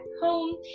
Home